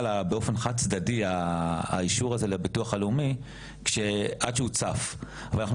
באופן חד צדדי האישור הזה לביטוח הלאומי עד שהוא צץ ואנחנו